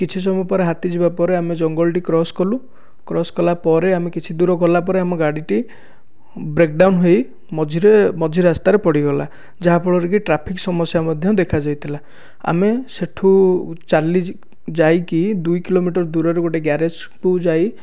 କିଛି ସମୟ ପରେ ହାତୀ ଯିବା ପରେ ଆମେ ଜଙ୍ଗଲ ଟି କ୍ରସ୍ କଲୁ କ୍ରସ୍ କଲା ପରେ ଆମେ କିଛି ଦୂର ଗଲା ପରେ ଆମ ଗାଡ଼ିଟି ବ୍ରେକ୍ଡାଉନ୍ ହୋଇ ମଝିରେ ମଝି ରାସ୍ତାରେ ପଡ଼ିଗଲା ଯାହା ଫଳରେକି ଟ୍ରାଫିକ୍ ସମସ୍ୟା ମଧ୍ୟ ଦେଖା ଯାଇଥିଲା ଆମେ ସେଠୁ ଚାଲି ଯାଇକି ଦୁଇ କିଲୋମିଟର ଦୂରରେ ଗୋଟିଏ ଗ୍ୟାରେଜକୁ ଯାଇ